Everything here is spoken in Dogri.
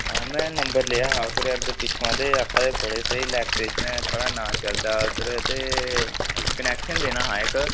मैं नम्बर लेआ हा कुदेआ अग्गुआं पिच्छुआं ते आक्खा दे बड़े स्हेई इलैक्ट्रिशन थुआढ़ा नांऽ चलदा इद्धर कनैक्शन देना हा इक